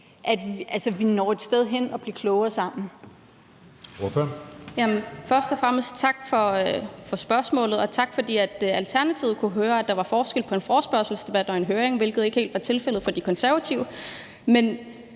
at vi når et sted hen og bliver klogere sammen.